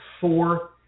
four